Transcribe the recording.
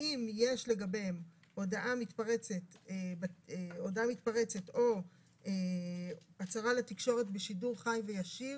ואם יש לגביהם הודעה מתפרצת או הצהרה לתקשורת בשידור חי וישיר,